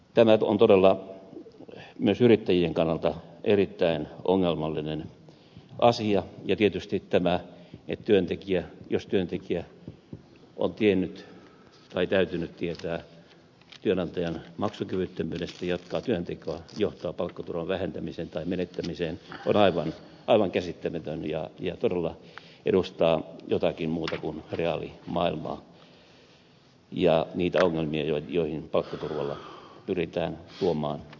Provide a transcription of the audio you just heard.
tämä on todella myös yrittäjien kannalta erittäin ongelmallinen asia ja tietysti tämä että jos työntekijä joka on tiennyt tai hänen on täytynyt tietää työnantajan maksukyvyttömyydestä jatkaa työntekoa se johtaa palkkaturvan vähentämiseen tai menettämiseen on aivan käsittämätön ja todella edustaa jotakin muuta kuin reaalimaailmaa ja niitä ongelmia joihin palkkaturvalla pyritään tuomaan helpotusta